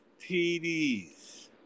TDs